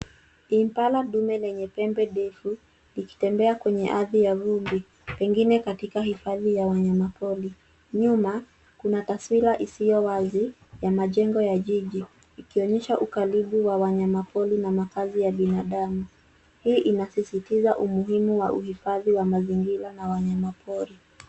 Impala dume lenye pembe ndefu likitembea kwenye ardhi ya vumbi pengine katika hifadhi ya wanyamapori. Nyuma kuna taswira isiyo wazi ya majengo ya jiji ikionyesha ukaribu wa wanyamapori na makazi ya binadamu. Hii inasisitiza umuhimu wa uhifadhi wa mazingira na wanyamapori.